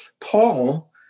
Paul